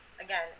again